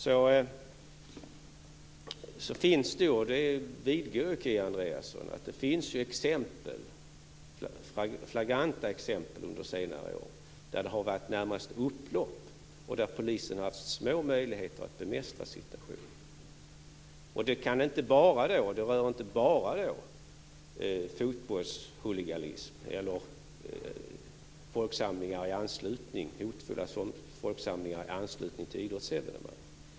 Det finns - det vidgår ju Kia Andreasson - flagranta exempel under senare år där det har varit närmast upplopp och där polisen har haft små möjligheter att bemästra situationen. Det rör då inte bara fotbollshuliganism eller hotfulla folksamlingar i anslutning till idrottsevenemang.